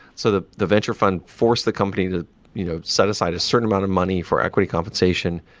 so the the venture fund forced the company to you know set aside a certain amount of money for equity compensation.